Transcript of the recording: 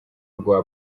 rwa